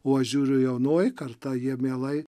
o aš žiūriu jaunoji karta jie mielai